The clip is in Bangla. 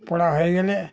পড়া হয়ে গেলে